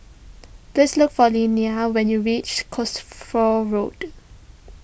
please look for Lilia when you reach Cosford Road